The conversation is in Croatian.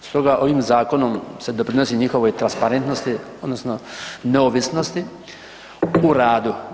Stoga ovim zakonom se doprinosi njihovoj transparentnosti odnosno neovisnosti u radu.